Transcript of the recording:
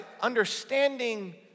understanding